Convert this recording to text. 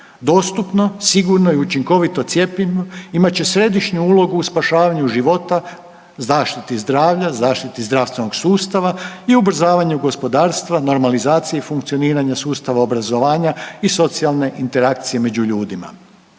dostupno, sigurno i učinkovito cjepivo imat će središnju ulogu u spašavanju života, zaštiti zdravlja, zaštiti zdravstvenog sustava i ubrzavanju gospodarstva, normalizaciji funkcioniranja sustava obrazovanja i socijalne interakcije među ljudima.